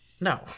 No